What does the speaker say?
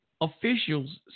Officials